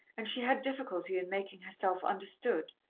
and she had difficulty in making herself understood,